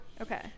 Okay